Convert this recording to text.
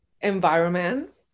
environment